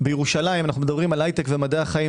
בירושלים אנו מדברים על הייטק ומדעי החיים